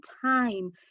time